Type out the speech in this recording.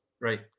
Right